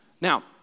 Now